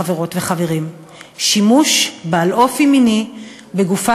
חברות וחברים: שימוש בעל אופי מיני בגופה